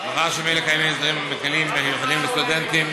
מאחר שממילא קיימים הסדרים מקילים ייחודיים לסטודנטים.